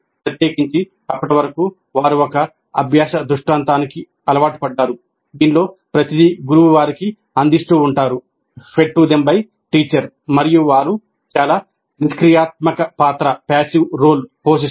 ప్రత్యేకించి అప్పటి వరకు వారు ఒక అభ్యాస దృష్టాంతానికి అలవాటు పడ్డారు దీనిలో ప్రతిదీ గురువు వారికి అందిస్తూ ఉంటారు పోషిస్తారు